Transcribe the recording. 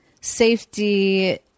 safety